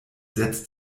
setzt